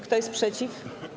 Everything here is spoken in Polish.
Kto jest przeciw?